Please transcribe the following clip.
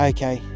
Okay